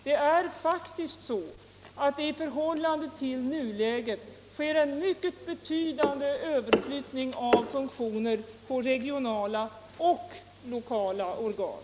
Det är faktiskt så att det i förhållande till nuläget sker en mycket betydande överflyttning av funktioner på regionala och lokala organ.